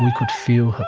could feel